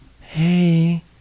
Hey